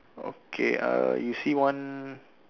okay err you see one